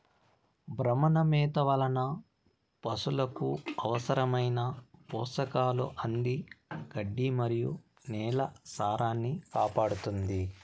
భ్రమణ మేత వలన పసులకు అవసరమైన పోషకాలు అంది గడ్డి మరియు నేల సారాన్నికాపాడుతుంది